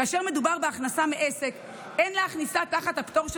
כאשר מדובר בהכנסה מעסק אין להכניסה תחת הפטור של